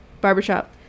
Barbershop